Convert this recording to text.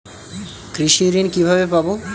কৃষি ঋন কিভাবে পাব?